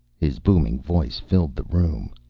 his booming voice filled the room.